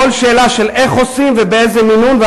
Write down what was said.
הכול שאלה של איך עושים ובאיזה מינון,